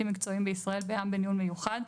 מקצועיים בישראל בע"מ (בניהול מיוחד),